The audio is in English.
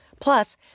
Plus